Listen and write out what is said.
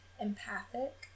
empathic